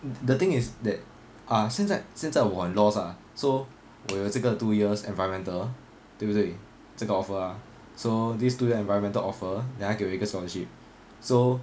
the thing is that ah 现在现在我很 lost ah so 我有这个 two years environmental 对不对这个 offer ah so this two year environmental offer then 它给我一个 scholarship so